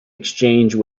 exchange